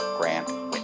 grant